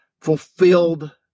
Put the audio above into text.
fulfilled